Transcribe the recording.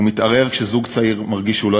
והוא מתערער כשזוג צעיר מרגיש שהוא לא